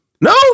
No